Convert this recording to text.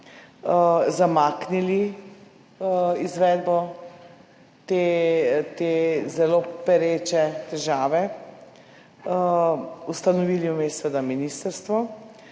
zamaknili izvedbo te zelo pereče težave, ustanovili vmes seveda ministrstvo